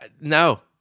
No